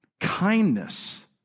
kindness